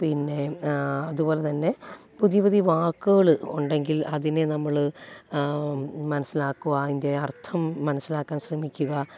പിന്നെ അതു പോലെ തന്നെ പുതിയ പുതിയ വാക്കുകൾ ഉണ്ടെങ്കിൽ അതിനെ നമ്മൾ മനസ്സിലാക്കുവാൻ അതിൻ്റെ അർത്ഥം മനസ്സിലാക്കാൻ ശ്രമിക്കുക